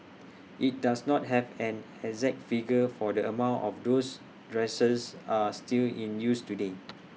IT does not have an exact figure for the amount of those dressers are still in use today